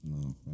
no